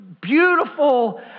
beautiful